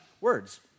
words